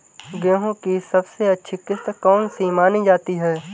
गेहूँ की सबसे अच्छी किश्त कौन सी मानी जाती है?